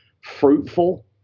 fruitful